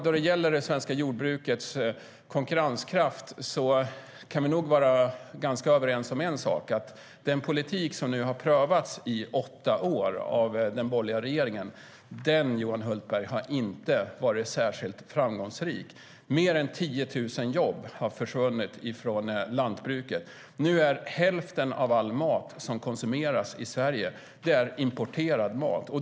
När det gäller det svenska jordbrukets konkurrenskraft kan vi nog vara ganska överens, Johan Hultberg, om att den politik som nu har prövats i åtta år av den borgerliga regeringen inte har varit särskilt framgångsrik. Mer än 10 000 jobb har försvunnit från lantbruket. Nu är hälften av all mat som konsumeras i Sverige importerad.